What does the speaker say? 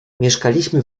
mieszkaliśmy